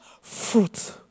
fruit